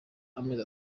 amezi